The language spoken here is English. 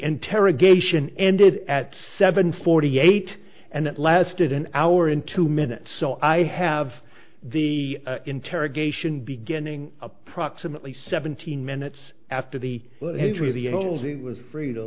interrogation ended at seven forty eight and it lasted an hour in two minutes so i have the interrogation beginning approximately seventeen minutes after the entry of the old it was free to